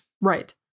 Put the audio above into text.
Right